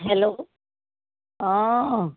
hello অঁ